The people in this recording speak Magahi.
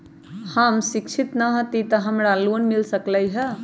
हम शिक्षित न हाति तयो हमरा लोन मिल सकलई ह?